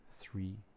three